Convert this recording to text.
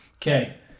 Okay